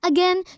Again